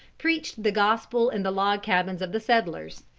preached the gospel in the log cabins of the settlers.